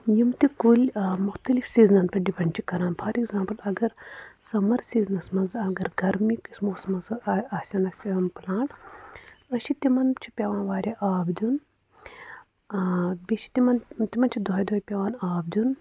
یِم تہِ کُلۍ آ مُختلف سیٖزنَن پٮ۪ٹھ ڈِپینٛڈ چھِ کران فار ایٚکزامپُل اگر سَمر سیٖزنس منٛز اگر گرمہٕ کِس موٗسمَس آسَن اَسہِ پُلانٛٹ أسی چھِ تِمن تِمن چھِ پٮ۪وان واریاہ آب دیُن بیٚیہِ چھِ تِمن تِمن چھُ دۅہَے دۅہَے پٮ۪وان آب دیُن